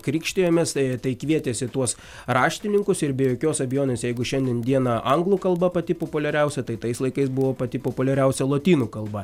krikštijomės tai kvietėsi tuos raštininkus ir be jokios abejonės jeigu šiandien dieną anglų kalba pati populiariausia tai tais laikais buvo pati populiariausia lotynų kalba